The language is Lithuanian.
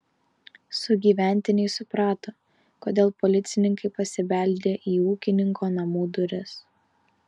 sugyventiniai suprato kodėl policininkai pasibeldė į ūkininko namų duris